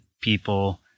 people